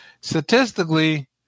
statistically